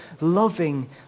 loving